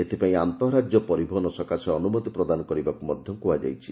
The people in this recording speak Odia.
ଏଥିପାଇଁ ଆନ୍ତଃ ରାକ୍ୟ ପରିବହନ ସକାଶେ ଅନୁମତି ପ୍ରଦାନ କରିବାକୁ ମଧ କୁହାଯାଇଛି